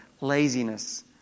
Laziness